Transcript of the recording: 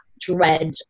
dread